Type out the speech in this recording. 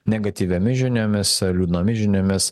negatyviomis žiniomis ar liūdnomis žiniomis